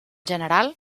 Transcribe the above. general